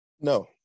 no